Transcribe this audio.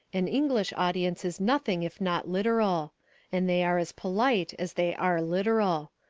an english audience is nothing if not literal and they are as polite as they are literal.